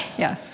yeah,